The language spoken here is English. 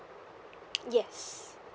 yes